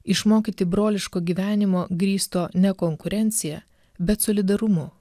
išmokyti broliško gyvenimo grįsto ne konkurencija bet solidarumu